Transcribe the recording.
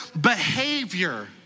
behavior